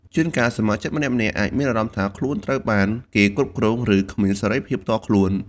ជួនកាល សមាជិកម្នាក់អាចមានអារម្មណ៍ថាខ្លួនត្រូវបានគេគ្រប់គ្រង ឬគ្មានសេរីភាពផ្ទាល់ខ្លួន។